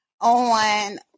on